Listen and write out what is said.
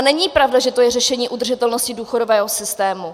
Není pravda, že to je řešení udržitelnosti důchodového systému.